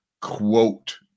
quote